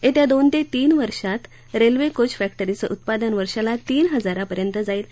येत्या दोन ते तीन वर्षात रेल्वे कोच फॅक्टरीचं उत्पादन वर्षाला तीन हजारापर्यंत जाईल